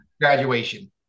graduation